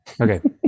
Okay